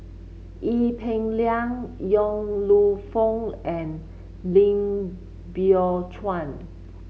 Ee Peng Liang Yong Lew Foong and Lim Biow Chuan